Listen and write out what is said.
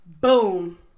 boom